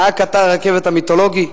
נהג קטר הרכבת המיתולוגי,